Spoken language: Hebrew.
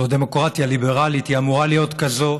זו דמוקרטיה ליברלית, היא אמורה להיות כזאת.